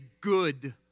good